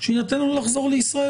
שיינתן לו לחזור לישראל,